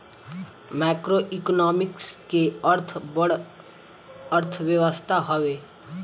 macroeconomics के अर्थ बड़ अर्थव्यवस्था हवे